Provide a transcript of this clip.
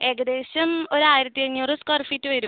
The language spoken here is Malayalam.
ഏകദേശം ഒരു ആയിരത്തിയഞ്ഞൂറ് സ്ക്വയർ ഫീറ്റ് വരും